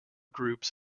groups